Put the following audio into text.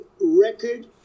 record